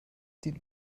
dient